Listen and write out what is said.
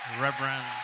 Reverend